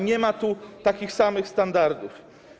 Nie ma tu takich samych standardów.